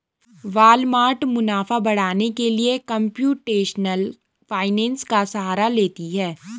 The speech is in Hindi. वालमार्ट मुनाफा बढ़ाने के लिए कंप्यूटेशनल फाइनेंस का सहारा लेती है